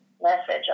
message